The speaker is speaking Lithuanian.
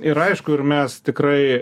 ir aišku ir mes tikrai